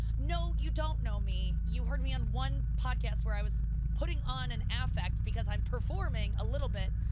no, you don't know me, you heard me on one podcast where i was putting on an affect because i'm performing a little bit,